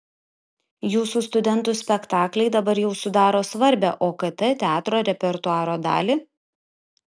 jūsų studentų spektakliai dabar jau sudaro svarbią okt teatro repertuaro dalį